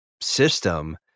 system